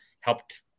helped